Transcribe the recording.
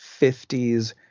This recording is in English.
50s